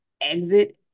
exit